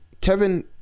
Kevin